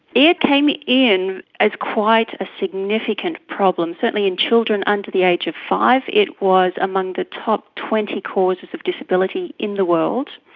it came ah in as quite a significant problem, certainly in children under the age of five it was among the top twenty causes of disability in the world.